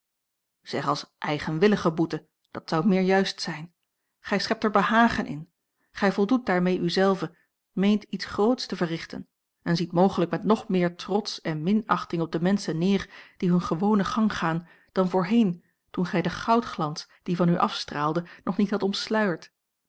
zeg als eigenwillige boete dat zou meer juist zijn gij schept er behagen in gij voldoet daarmee u zelve meent iets groots te verrichten en ziet mogelijk met nog meer trots en minachting op de menschen neer die hun gewonen gang gaan dan voorheen toen gij den goudglans die van u afstraalde nog niet hadt